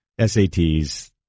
SATs